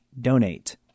donate